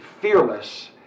fearless